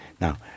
Now